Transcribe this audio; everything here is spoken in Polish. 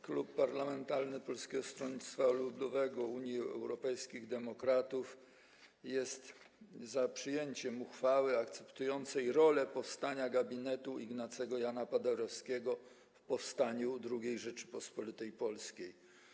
Klub Poselski Polskiego Stronnictwa Ludowego - Unii Europejskich Demokratów jest za przyjęciem uchwały akcentującej rolę powstania gabinetu Ignacego Jana Paderewskiego w powstaniu II Rzeczypospolitej Polskiej.